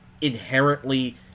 inherently